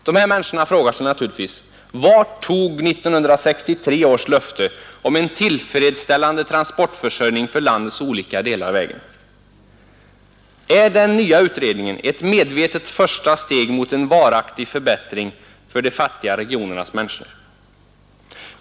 De här människorna frågar sig naturligtvis: Vart tog 1963 års löfte om en tillfredsställande transportförsörjning för landets olika delar vägen? Är den nya utredningen ett medvetet första steg mot en varaktig förbättring för de fattiga regionernas människor?